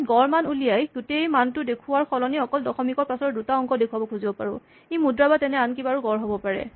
আমি গড় মান উলিয়াই গোটেই মানটো দেখুওৱাৰ সলনি অকল দশমিকৰ পাছৰ দুটা অংক দেখুৱাব খুজিব পাৰোঁ ই মুদ্ৰা বা তেনে আন কিবাৰো গড় হ'ব পাৰে